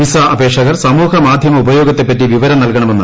visa അപേക്ഷകർ സമൂഹ മാധ്യമ ഉപയോഗത്തെപ്പറ്റി വിവരം നൽകണമെന്ന് യു